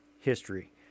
history